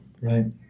Right